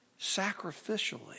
sacrificially